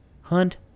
Hunt